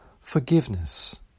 forgiveness